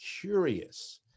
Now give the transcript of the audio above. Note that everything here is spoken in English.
curious